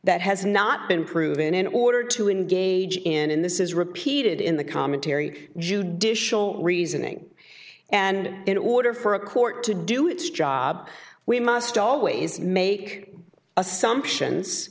that has not been proven in order to engage in this is repeated in the commentary judicial reasoning and in order for a court to do its job we must always make assumptions